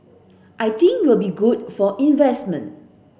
I think will be good for investment